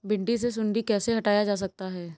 भिंडी से सुंडी कैसे हटाया जा सकता है?